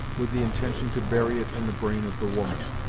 with the intention to bury it in the brain of the woman.